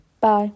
Bye